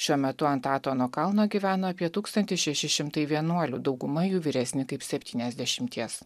šiuo metu ant atono kalno gyvena apie tūkstantį šeši šimtai vienuolių dauguma jų vyresni kaip septyniasdešimties